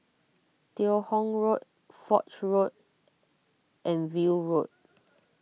Teo Hong Road Foch Road and View Road